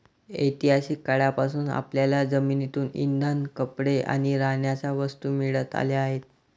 ऐतिहासिक काळापासून आपल्याला जमिनीतून इंधन, कपडे आणि राहण्याच्या वस्तू मिळत आल्या आहेत